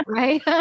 right